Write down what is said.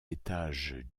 étages